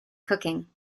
cooking